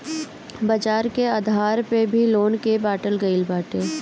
बाजार के आधार पअ भी लोन के बाटल गईल बाटे